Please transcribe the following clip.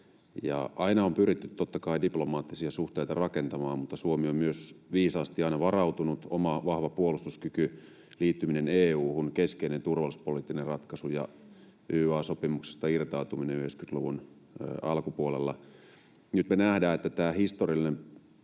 aina on pyritty totta kai diplomaattisia suhteita rakentamaan, mutta Suomi on myös viisaasti aina varautunut: oma vahva puolustuskyky, liittyminen EU:hun — keskeinen turvallisuuspoliittinen ratkaisu — ja YYA-sopimuksesta irtautuminen 90-luvun alkupuolella. Nyt me nähdään, että tämä historiallinen